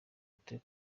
ute